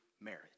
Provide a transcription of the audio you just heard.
marriage